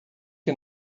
que